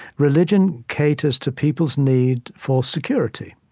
religion caters to people's need for security.